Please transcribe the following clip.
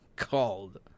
called